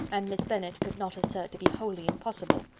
and miss bennet could not assert to be wholly impossible,